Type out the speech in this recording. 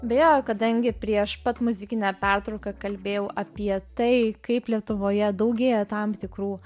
beje kadangi prieš pat muzikinę pertrauką kalbėjau apie tai kaip lietuvoje daugėja tam tikrų